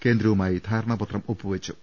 കേന്ദ്രവു മായി ധാരണാപ്പത്രം ഒപ്പുവെച്ചു